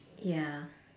ya